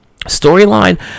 Storyline